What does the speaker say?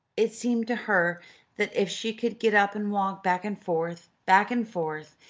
it seemed to her that if she could get up and walk, back and forth, back and forth,